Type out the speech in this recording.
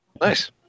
Nice